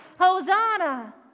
Hosanna